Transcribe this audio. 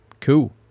Cool